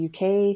UK